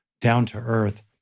down-to-earth